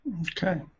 Okay